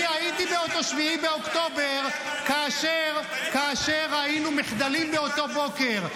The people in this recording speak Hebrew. אני הייתי באותו 7 באוקטובר כאשר ראינו מחדלים באותו בוקר,